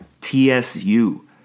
TSU